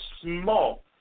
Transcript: small